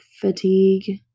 fatigue